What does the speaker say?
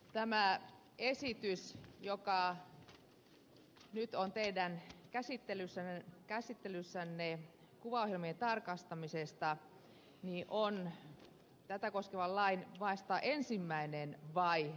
tämä esitys joka nyt on teidän käsittelyssänne kuvaohjelmien tarkastamisesta on vasta tätä koskevan lain ensimmäinen vaihe